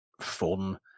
fun